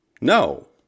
no